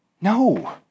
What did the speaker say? no